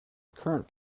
current